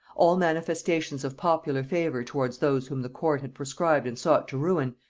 all manifestations of popular favor towards those whom the court had proscribed and sought to ruin,